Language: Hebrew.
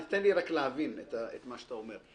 תן לי רק להבין מה אתה אומר.